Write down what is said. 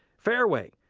fairway,